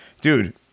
Dude